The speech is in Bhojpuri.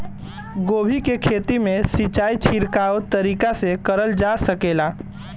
गोभी के खेती में सिचाई छिड़काव तरीका से क़रल जा सकेला?